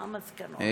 מה מסקנות.